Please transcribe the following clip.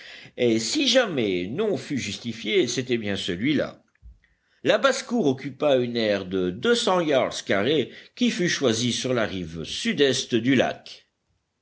et si jamais nom fut justifié c'était bien celui-là la basse-cour occupa une aire de deux cents yards carrés qui fut choisie sur la rive sud-est du lac